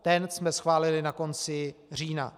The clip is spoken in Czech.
Ten jsme schválili na konci října.